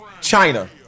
china